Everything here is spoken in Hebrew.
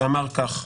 שאמר כך: